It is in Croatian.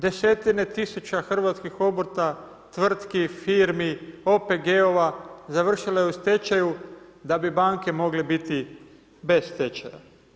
Desetine tisuća hrvatskih obrta, tvrtki, firmi, OPG-ova završilo je u stečaju da bi banke mogle biti bez stečaja.